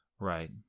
Right